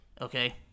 okay